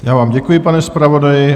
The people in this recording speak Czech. Já vám děkuji, pane zpravodaji.